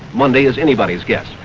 monday is anybody's guess.